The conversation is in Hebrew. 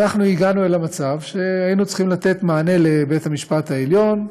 אנחנו הגענו למצב שהיינו צריכים לתת מענה לבית-המשפט העליון,